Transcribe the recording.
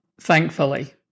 Thankfully